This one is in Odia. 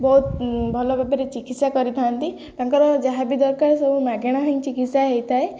ବହୁତ ଭଲ ଭାବରେ ଚିକିତ୍ସା କରିଥାନ୍ତି ତାଙ୍କର ଯାହା ବି ଦରକାର ସବୁ ମାଗଣା ହିଁ ଚିକିତ୍ସା ହେଇଥାଏ